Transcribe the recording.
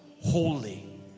holy